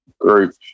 group